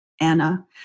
Anna